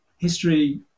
history